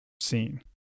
seen